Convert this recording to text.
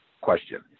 question